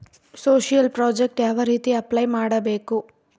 Social project ಯಾವ ರೇತಿ apply ಮಾಡಬೇಕು?